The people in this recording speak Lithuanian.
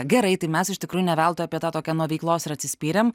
gerai tai mes iš tikrųjų ne veltui apie tą tokią nuo veiklos ir atsispyrėm